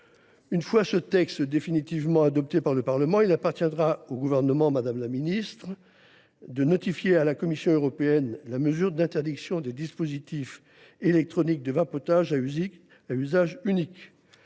de loi définitivement adoptée par le Parlement, il appartiendra au Gouvernement, madame la ministre, de notifier à la Commission européenne la mesure d’interdiction des dispositifs électroniques de vapotage à usage unique.